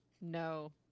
No